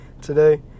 today